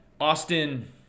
Austin